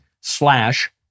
slash